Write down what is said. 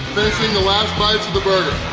the the last bites of the burger.